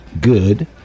good